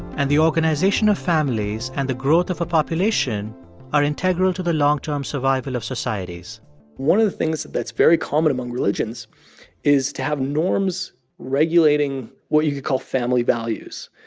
and the organization of families and the growth of a population are integral to the long-term survival of societies one of the things that's very common among religions is to have norms regulating what you could call family values.